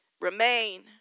Remain